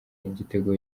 igitego